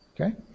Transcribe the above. Okay